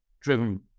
driven